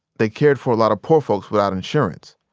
they cared for a lot of poor folks without insurance,